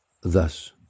Thus